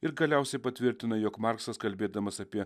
ir galiausiai patvirtina jog marksas kalbėdamas apie